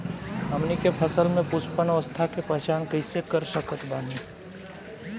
हमनी के फसल में पुष्पन अवस्था के पहचान कइसे कर सकत बानी?